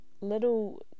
little